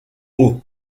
haut